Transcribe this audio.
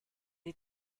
est